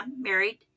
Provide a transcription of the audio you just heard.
married